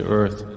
earth